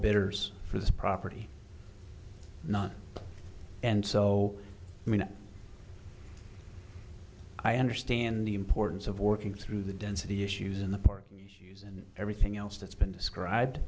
better for this property not and so i mean i understand the importance of working through the density issues in the park and everything else that's been described